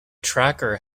tracker